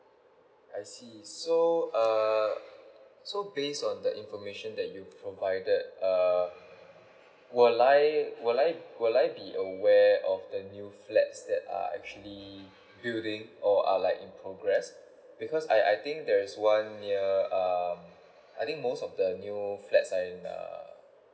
I see so err so based on the information that you provided err will I will I will I be aware of the new flats that are actually building or are like in progress because I I think there is one near um I think most of the new flats in a